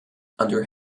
under